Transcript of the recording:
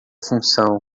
função